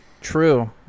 True